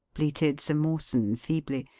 bleated sir mawson feebly.